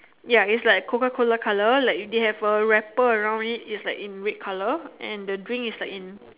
ya is like Coca Cola colour like they have a wrapper around it is like in red colour and the drink is like in